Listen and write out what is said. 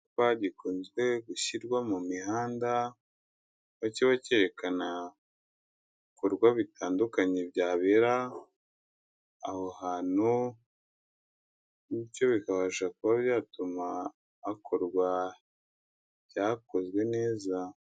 Icyapa gikunzwe gushyirwa mu mihanda, aho kiba cyerekana ibikorwa bitandukanye byabera aho hantu, bityo bikabasha kuba byatuma hakorwa ibyakozwe neza.